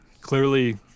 clearly